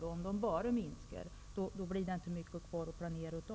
Om anslagen undan för undan minskas, blir det inte mycket kvar att planera med.